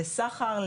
לסחר,